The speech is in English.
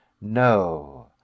no